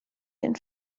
den